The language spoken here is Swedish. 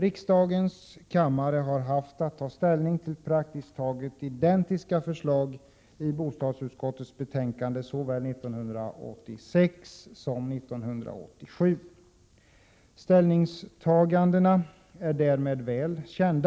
Riksdagens kammare har haft att ta ställning till praktiskt taget identiska förslag i bostadsutskottets betänkanden, såväl 1986 som 1987. Man måste tyvärr konstatera att dessa ställningstaganden